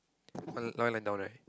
one one lying down right